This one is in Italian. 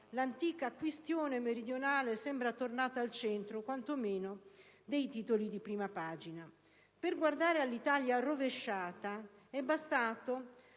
l'antica questione meridionale sembra tornata al centro, quanto meno dei titoli di prima pagina. Per guardare all'Italia rovesciata, per